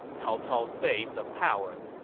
cao cao's base of power.